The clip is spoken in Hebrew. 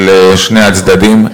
של שני הצדדים.